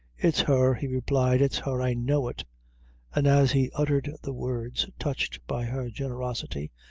it's her, he replied it's her i know it and as he uttered the words, touched by her generosity,